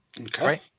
Okay